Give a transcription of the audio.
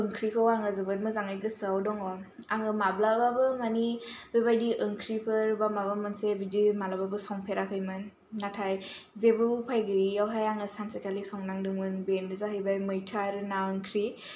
ओंख्रिखौ आंङो जोबोत मोजाङै गोसोआव दं आंङो माब्लाबाबो माने बेबादि ओंख्रिखौ बा माबा मोनसे बिदि मालाबाबो संफेराखैमोन नाथाय जेबो उफाय गैयैआवहाय सानसेखालि संनांदोंमोन बेनो जाहैबाय मैथा आरो ना ओंख्रि